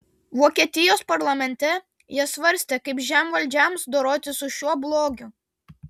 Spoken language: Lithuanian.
vokietijos parlamente jie svarstė kaip žemvaldžiams dorotis su šiuo blogiu